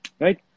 Right